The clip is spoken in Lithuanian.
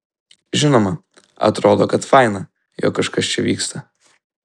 žinoma atrodo kad faina jog kažkas čia vyksta